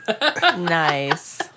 Nice